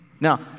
Now